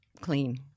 clean